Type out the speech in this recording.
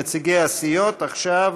נציגי הסיעות עכשיו,